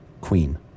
queen